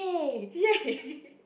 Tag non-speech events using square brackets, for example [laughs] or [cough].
yay [laughs]